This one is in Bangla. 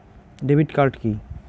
Debit card key?